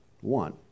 one